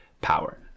power